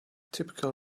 typical